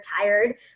tired